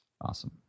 Awesome